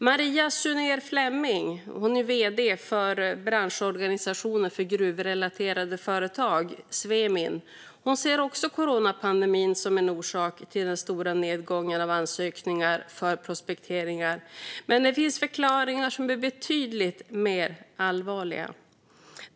Maria Sunér Fleming är vd för branschorganisationen för gruvrelaterade företag, Svemin. Hon ser också coronapandemin som en orsak till den stora nedgången av antalet ansökningar för prospektering. Men det finns förklaringar som är betydligt mer allvarliga.